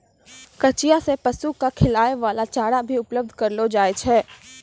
कचिया सें पशु क खिलाय वाला चारा भी उपलब्ध करलो जाय छै